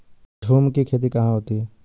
झूम की खेती कहाँ होती है?